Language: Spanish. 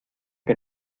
que